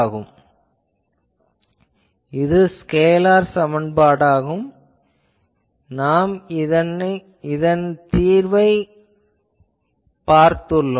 ஆகவே இது ஸ்கேலார் சமன்பாடு ஆகும் நாம் இதன் தீர்வைப் பார்த்துள்ளோம்